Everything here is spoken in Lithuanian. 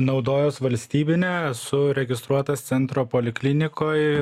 naudojuos valstybine esu registruotas centro poliklinikoj